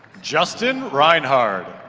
justin reinhard.